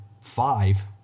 five